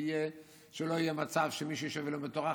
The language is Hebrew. תהיה שלא יהיה מצב שמישהו שיושב ולומד תורה,